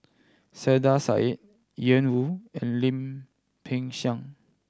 Saiedah Said Ian Woo and Lim Peng Siang